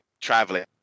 traveling